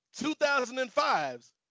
2005's